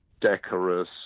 decorous